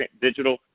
digital